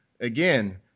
again